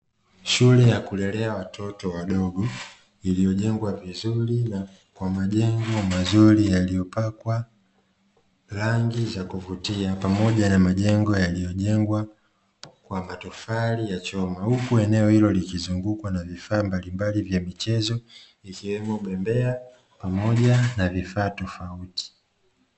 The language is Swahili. Shule ya kulelea watoto wadogo iliyojengwa vizuri kwa majengo mazuri yaliyopakwa rangi za kuvutia pamoja na majengo yaliyojengwa kwa matofali ya choma, huku eneo hilo likizungukwa na vifaa mbalimbali vya michezo ikiwemo bembea pamoja na vifaa tofauti.